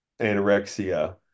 anorexia